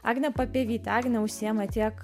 agnė papievytė agnė užsiima tiek